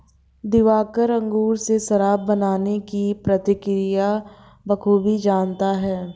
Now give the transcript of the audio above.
दिवाकर अंगूर से शराब बनाने की प्रक्रिया बखूबी जानता है